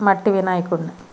మట్టి వినాయకుడిని